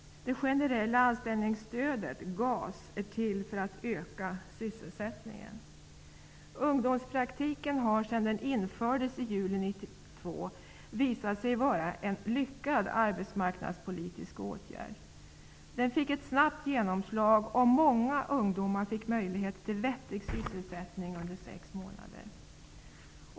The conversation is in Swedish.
Det generella anställningsstödet, GAS, är till för att öka sysselsättningen. juli 1992 visat sig vara en lyckad arbetsmarknadspolitisk åtgärd. Den fick ett snabbt genomslag och många ungdomar fick möjlighet till vettig sysselsättning under 6 månader.